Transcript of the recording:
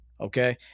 okay